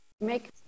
make